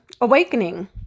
awakening